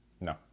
No